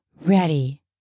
ready